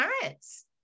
parents